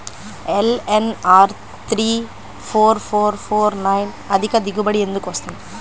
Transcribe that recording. LNR three four four four nine అధిక దిగుబడి ఎందుకు వస్తుంది?